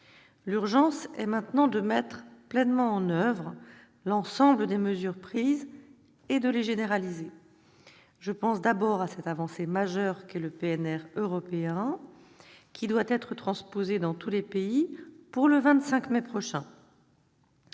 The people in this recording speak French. L'urgence est donc maintenant de mettre pleinement en oeuvre l'ensemble des mesures prises et de les généraliser. Je pense d'abord à cette avancée majeure qu'est le PNR européen, qui doit être transposé dans tous les pays d'ici au 25 mai prochain.